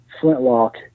flintlock